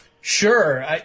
Sure